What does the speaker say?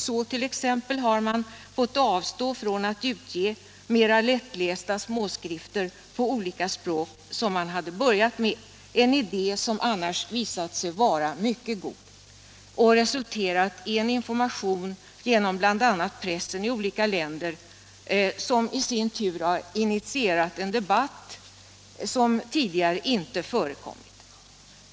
Så t.ex. har man fått avstå från att utge mera lättlästa småskrifter på olika språk, som man hade börjat med — en idé som annars visat sig vara mycket god och resulterat i en information genom bl.a. pressen i olika länder som i sin tur har initierat en debatt som tidigare inte förekommit.